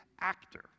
actor